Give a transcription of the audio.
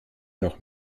noch